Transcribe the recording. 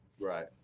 Right